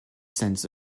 sense